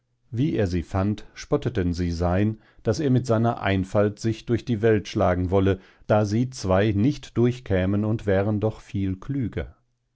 wie er sie fand spotteten sie sein daß er mit seiner einfalt sich durch die welt schlagen wolle da sie zwei nicht durchkämen und wären doch viel klüger